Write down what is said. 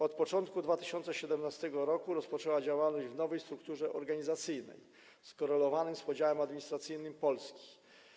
Od początku 2017 r. rozpoczęła działalność w nowej strukturze organizacyjnej skorelowanej z podziałem administracyjnym Polski.